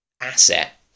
asset